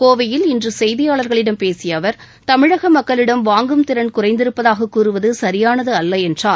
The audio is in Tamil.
கோவையில் இன்று செய்தியாளா்களிடம் பேசிய அவா் தமிழக மக்களிடம் வாங்கும் திறன் குறைந்திருப்பதாகக் கூறுவது சரியானது அல்ல என்றார்